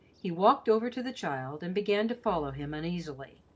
he walked over to the child, and began to follow him uneasily.